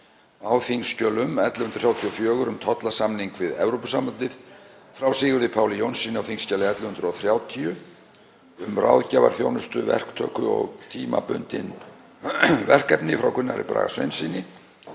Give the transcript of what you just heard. á þingskjölum 1134, um tollasamning við Evrópusambandið, frá Sigurði Páli Jónssyni, á þskj. 1130, um ráðgjafarþjónustu, verktöku og tímabundin verkefni, frá Gunnari Braga Sveinssyni,